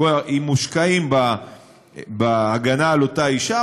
האם הם מושקעים בהגנה על אותה אישה,